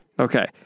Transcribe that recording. Okay